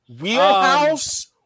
Wheelhouse